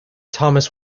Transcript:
thomas